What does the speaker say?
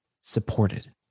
supported